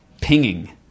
pinging